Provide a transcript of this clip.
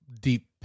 deep